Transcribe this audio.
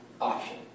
option